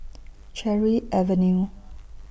Cherry Avenue